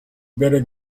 better